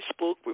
Facebook